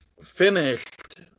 finished